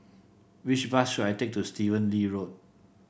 which bus should I take to Stephen Lee Road